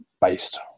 based